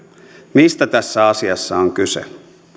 mistä tässä asiassa on kyse